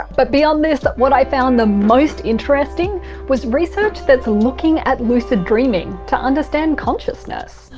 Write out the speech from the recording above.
but beyond this what i found the most interesting was research that's looking at lucid dreaming to understand consciousness.